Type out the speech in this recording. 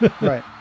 Right